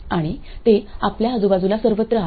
आणि ते आपल्या आजूबाजूला सर्वत्र आहेत